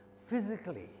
physically